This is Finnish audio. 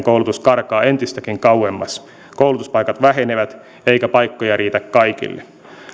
koulutus karkaa entistäkin kauemmas koulutuspaikat vähenevät eikä paikkoja riitä kaikille